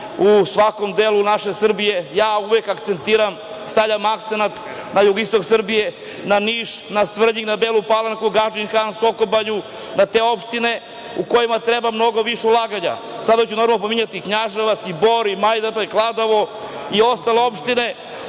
u svakom delu naše Srbije. Ja uvek stavljam akcenat na jugoistok Srbije, na Niš, na Svrljig, na Belu Palanku, Gadžin Han, Sokobanju, na te opštine u kojima treba mnogo više ulaganja. Sada ću pomenuti i Knjaževac, Bor, Majdanpek, Kladovo i ostale opštine,